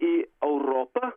į europą